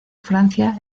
francia